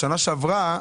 בשנה שעברה,